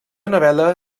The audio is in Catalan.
novel·la